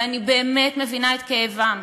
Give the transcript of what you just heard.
ואני באמת מבינה את כאבם.